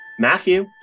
Matthew